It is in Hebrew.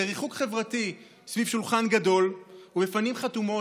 בריחוק חברתי סביב שולחן גדול ובפנים חתומות,